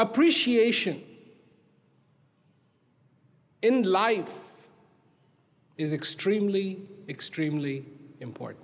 appreciation in life is extremely extremely important